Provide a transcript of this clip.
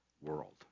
world